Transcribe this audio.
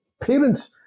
parents